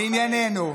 לענייננו.